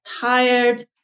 tired